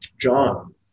John